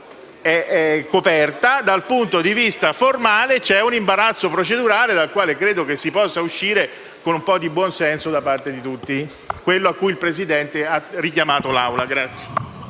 dal punto di vista formale c'è un imbarazzo procedurale, dal quale credo si possa uscire con un po' di buonsenso da parte di tutti, quello cui il Presidente ha richiamato l'Aula.